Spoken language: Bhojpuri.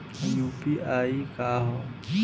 यू.पी.आई का ह?